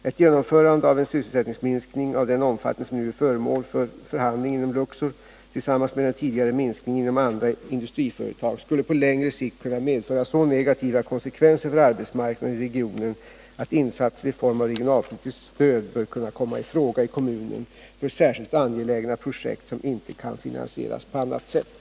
Ett genomförande av en sysselsättningsminskning av den omfattning som nu är föremål för förhandling inom Luxor, tillsammans med den tidigare minskningen inom andra industriföretag, skulle på längre sikt kunna medföra så negativa konsekvenser för arbetsmarknaden i regionen att insatser i form av regionalpolitiskt stöd bör kunna komma i fråga i kommunen för särskilt angelägna projekt som inte kan finansieras på annat sätt.